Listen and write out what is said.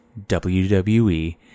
WWE